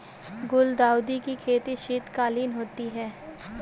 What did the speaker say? गुलदाउदी की खेती शीतकालीन होती है